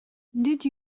nid